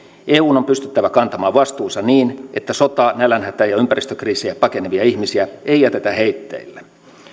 eun on pystyttävä kantamaan vastuunsa niin että sotaa nälänhätää ja ympäristökriisejä pakenevia ihmisiä ei jätetä heitteille